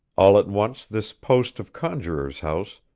all at once this post of conjuror's house,